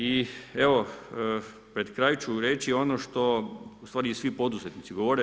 I evo pred kraj ću reći ono što ustvari svi poduzetnici govore.